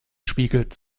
spiegelt